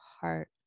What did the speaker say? heart